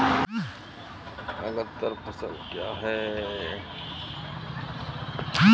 अग्रतर फसल क्या हैं?